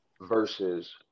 versus